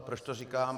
Proč to říkám?